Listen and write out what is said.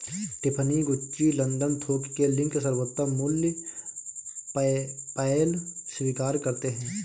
Tiffany, Gucci, London थोक के link, सर्वोत्तम मूल्य, पेपैल स्वीकार करते है